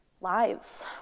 lives